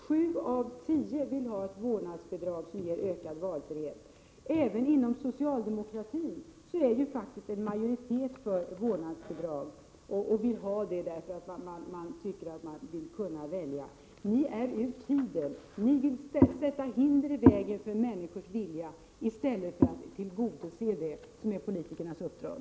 Sju av tio vill ha ett vårdnadsbidrag som ger ökad valfrihet. Även inom socialdemokratin är faktiskt en majoritet för vårdnadsbidrag. De vill ha detta för att de vill kunna välja. Ni är ur tiden. Ni vill sätta hinder i vägen för människors vilja, i stället för att tillgodose den, vilket är politikernas uppdrag.